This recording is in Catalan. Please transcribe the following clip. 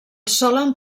solen